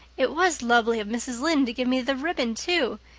it was lovely of mrs. lynde to give me the ribbon too.